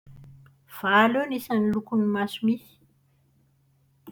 Valo eo ny isan'ny lokon'ny maso misy.